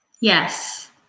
Yes